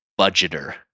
budgeter